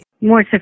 more